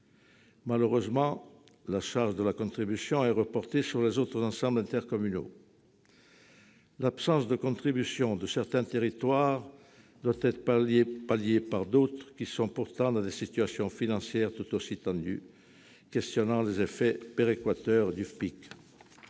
Malheureusement, la charge de la contribution est reportée sur les autres ensembles intercommunaux. L'absence de contribution de certains territoires doit être palliée par d'autres territoires, qui sont pourtant dans des situations financières tout aussi tendues, ce qui conduit à nous interroger sur les effets péréquateurs du FPIC.